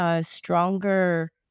stronger